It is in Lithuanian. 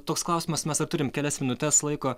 toks klausimas mes dar turim kelias minutes laiko